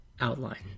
Outline